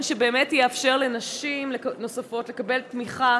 שבאמת יאפשר לנשים נוספות לקבל תמיכה,